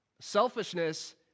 Selfishness